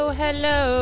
hello